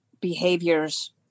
behaviors